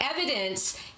evidence